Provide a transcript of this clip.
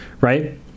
right